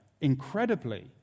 incredibly